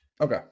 okay